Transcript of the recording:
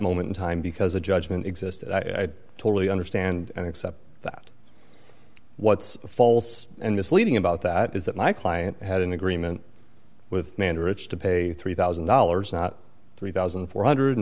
moment in time because a judgment existed i totally understand and accept that what's false and misleading about that is that my client had an agreement with me and rich to pay three thousand dollars not three thousand four hundred